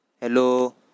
Hello